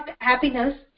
happiness